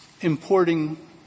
importing